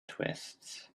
twists